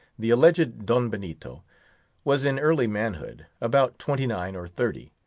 the alleged don benito was in early manhood, about twenty-nine or thirty.